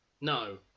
no